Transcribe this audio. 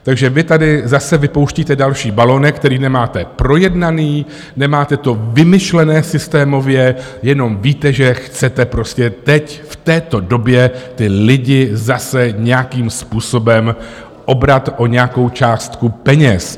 Takže vy tady zase vypouštíte další balonek, který nemáte projednaný, nemáte to vymyšlené systémově, jenom víte, že chcete prostě teď, v této době, ty lidi zase nějakým způsobem obrat o nějakou částku peněz.